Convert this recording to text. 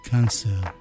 Cancer